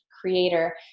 creator